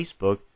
Facebook